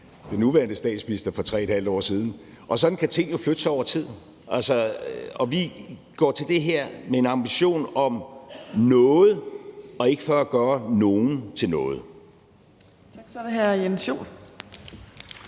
den nuværende statsminister for 3½ år siden. Sådan kan ting jo flytte sig over tid. Og vi går til det her med en ambition om noget, og ikke for at gøre nogen til noget.